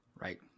Right